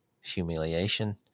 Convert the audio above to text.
Humiliation